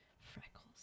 freckles